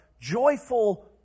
joyful